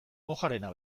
mojarena